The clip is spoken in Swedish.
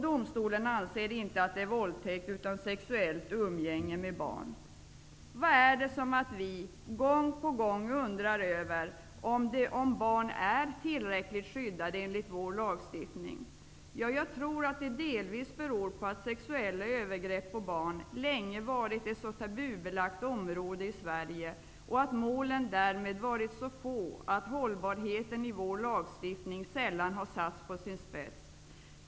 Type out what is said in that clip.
Domstolen anser inte att det är våldtäkt, utan sexuellt umgänge med barn. Vad är det som gör att vi gång på gång undrar om barn är tillräckligt skyddade enligt vår lagstiftning? Jag tror att det delvis beror på att sexuella övergrepp på barn länge varit ett sådant tabubelagt område i Sverige, och att målen därmed varit så få att hållbarheten i vår lagstiftning sällan har satts på sin spets.